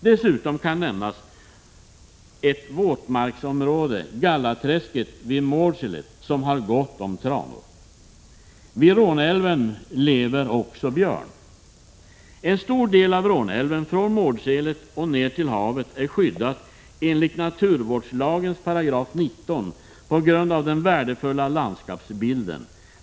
Dessutom kan nämnas ett våtmarksområde, Gallaträsket vid Mårdselet, som har gott om tranor. Vid Råneälven finns också björn. En stor del av Råneälven från Mårdselet och ner till havet är skyddad enligt naturvårdslagens 19 § på grund av den värdefulla landskapsbilden.